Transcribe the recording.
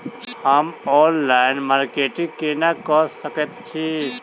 हम online marketing केना कऽ सकैत छी?